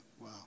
wow